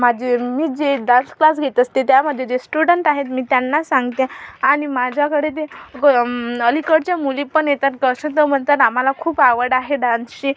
माझे मी जे डान्स क्लास घेत असते त्यामध्ये जे स्टुडंट आहेत मी त्यांना सांगते आणि माझ्याकडे ते अलीकडच्या मुली पण येतात कशा तर म्हणतात आम्हाला खूप आवड आहे डान्सची